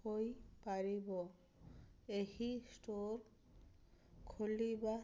ହୋଇପାରିବ ଏହି ଷ୍ଟୋର୍ ଖୋଲିବା